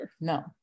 No